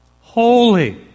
Holy